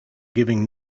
giving